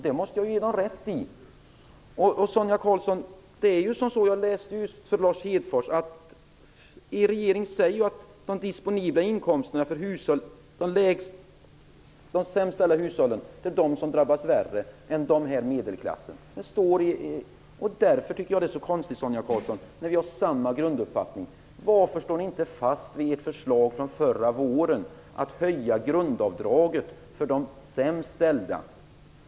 Det måste jag ge dem rätt i. Sonia Karlsson! Det är ju så - jag läste just upp för Lars Hedfors - att regeringen säger att de disponibla inkomsterna för de sämst ställda hushållen drabbas värre än de i medelklassen. Därför är det så konstigt, Sonia Karlsson, när vi har samma grunduppfattning, att ni inte står fast vid ert förslag från förra våren, nämligen att höja grundavdraget för de sämst ställda.